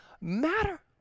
matter